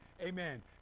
amen